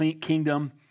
kingdom